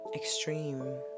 extreme